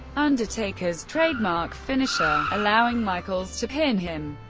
undertaker's trademark finisher, allowing michaels to pin him.